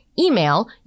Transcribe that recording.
email